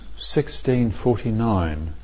1649